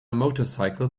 motorcycle